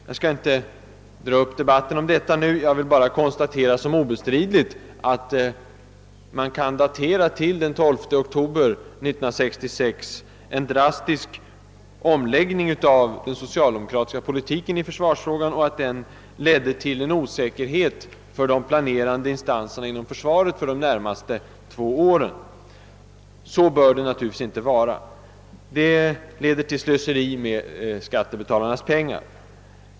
Jag skall nu inte dra upp någon debatt om detta utan bara konstatera såsom obestridligt, att man kan datera en drastisk omläggning av den socialdemokratiska politiken i försvarsfrågan till den 12 oktober 1966 och att denna ledde till osäkerhet för de planerande instanserna inom försvaret för de närmaste åren. Så bör det naturligtvis inte vara. Det leder till slöseri med skattebetalarnas pengar.